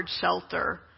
shelter